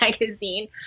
magazine